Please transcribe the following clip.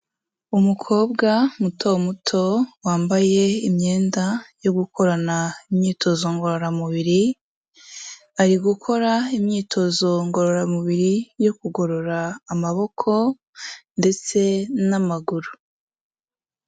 Umukobwa muto muto wambaye imyenda yo gukorana imyitozo ngororamubiri, ari gukora imyitozo ngororamubiri yo kugorora amaboko ndetse n'amaguru.